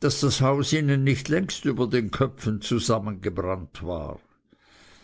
daß das haus ihnen nicht längst über den köpfen zusammengebrannt war